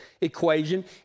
equation